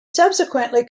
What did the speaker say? subsequently